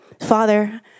Father